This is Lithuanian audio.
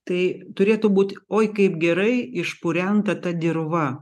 tai turėtų būti oi kaip gerai išpurenta ta dirva